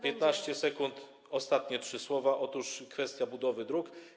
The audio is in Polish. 15 sekund, ostatnie trzy słowa: kwestia budowy dróg.